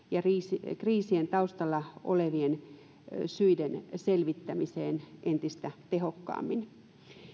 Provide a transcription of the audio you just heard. ja kriisien taustalla olevien syiden selvittämiseen entistä tehokkaammin